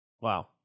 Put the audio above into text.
Wow